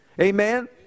amen